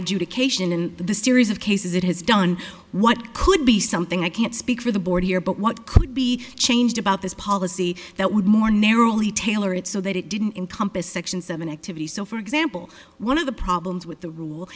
adjudication in the series of cases it has done what could be something i can't speak for the board here but what could be changed about this policy that would more narrowly tailor it so that it didn't in compass section seven activity so for example one of the problems with the rule